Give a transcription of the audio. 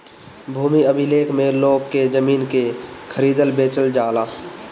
भूमि अभिलेख में लोग के जमीन के खरीदल बेचल जाला